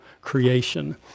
creation